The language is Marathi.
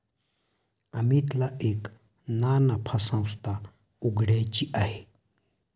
अमितला एक ना नफा संस्था उघड्याची आहे